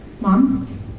Mom